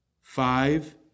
Five